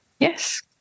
Yes